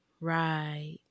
right